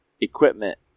equipment